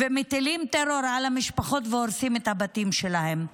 מטילים טרור על המשפחות והורסים את הבתים שלהן.